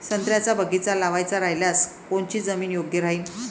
संत्र्याचा बगीचा लावायचा रायल्यास कोनची जमीन योग्य राहीन?